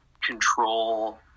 control